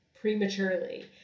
prematurely